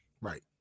Right